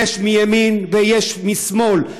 יש מימין ויש משמאל.